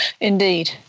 Indeed